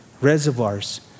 reservoirs